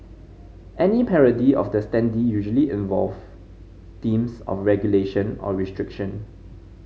any parody of the standee usually involve themes of regulation or restriction